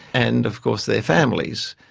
and of course their families.